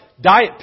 Diet